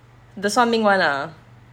the 算命 [one] ah